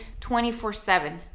24/7